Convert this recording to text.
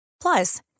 Plus